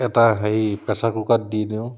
এটা হেৰি পেচাৰ কুকাৰত দি দিওঁ